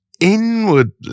inwardly